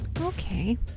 Okay